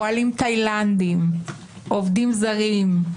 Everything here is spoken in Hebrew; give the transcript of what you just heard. "פועלים תאילנדים", "עובדים זרים".